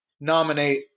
nominate